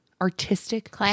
artistic